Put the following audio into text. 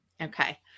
okay